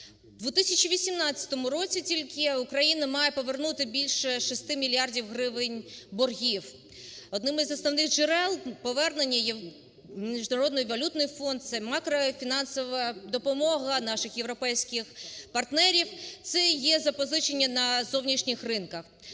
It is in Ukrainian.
В 2018 році тільки Україна має повернути більше 6 мільярдів гривень боргів. Одним із основних джерел повернення є Міжнародний валютний фонд, це макрофінансова допомога наших європейський партнерів, це є запозичення на зовнішніх ринках.